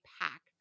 pack